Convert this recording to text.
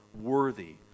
worthy